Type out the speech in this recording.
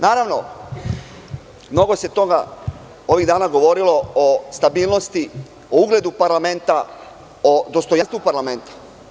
Naravno, mnogo se toga ovih dana govorilo o stabilnosti, o ugledu parlamenta, o dostojanstvu parlamenta.